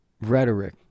rhetoric